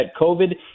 COVID